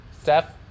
steph